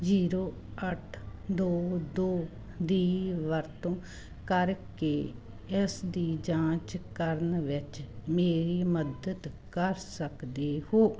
zero ਅੱਠ ਦੋ ਦੋ ਦੀ ਵਰਤੋਂ ਕਰਕੇ ਇਸ ਦੀ ਜਾਂਚ ਕਰਨ ਵਿੱਚ ਮੇਰੀ ਮਦਦ ਕਰ ਸਕਦੇ ਹੋ